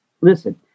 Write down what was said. listen